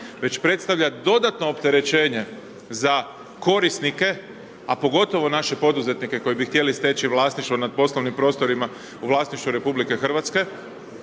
već predstavlja dodatno opterećenje za korisnike, a pogotovo naše poduzetnike koji bi htjeli steći vlasništvo nad poslovnim prostorima u vlasništvu RH, predstavlja